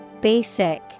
Basic